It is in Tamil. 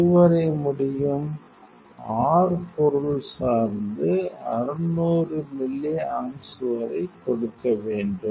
எது வரை முடியும் 2435 r பொருள் சார்ந்து 600 மில்லி ஆம்ப்ஸ் வரை கொடுக்க வேண்டும்